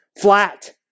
flat